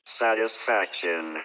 satisfaction